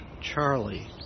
Charlie